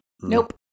nope